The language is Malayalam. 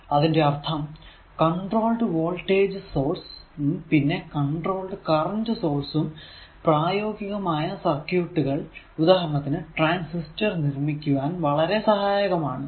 അതിന്റെ അർഥം കൺട്രോൾഡ് വോൾടേജ് സോഴ്സ് ഉം പിന്നെ കൺട്രോൾഡ് കറന്റ് സോഴ്സ് ഉം പ്രയോഗികമായ സർക്യൂട് കൾ ഉദാഹരണത്തിന് ട്രാൻസിസ്റ്റർ നിർമിക്കുവാൻ വളരെ സഹായകമാണ്